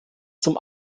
zum